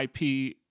IP